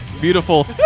beautiful